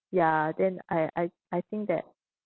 ya then I I I think that